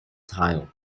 tile